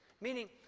Meaning